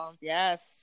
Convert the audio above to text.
yes